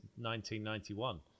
1991